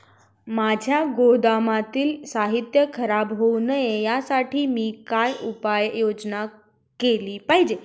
माझ्या गोदामातील साहित्य खराब होऊ नये यासाठी मी काय उपाय योजना केली पाहिजे?